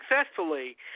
successfully